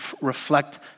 reflect